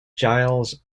giles